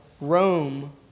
Rome